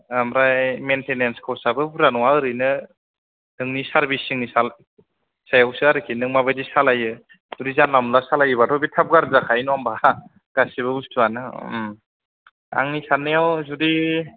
ओमफ्राय मेनथेनेन्स खरसायाबो बुरजा नङा ओरैनो नोंनि सारबिसिंनि साल सायावसो आरखि नों माबायदि सालायो जुदि जानला मोनला सालायबाथ' बे थाब गाज्रि जाखायो नङा होमबा गासिबो बुस्थुयानो आंनि साननायाव जुदि